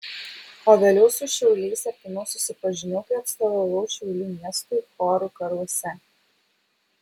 o vėliau su šiauliais artimiau susipažinau kai atstovavau šiaulių miestui chorų karuose